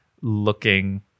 looking